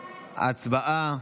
הצבעה.